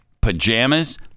pajamas